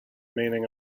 meaning